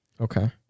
Okay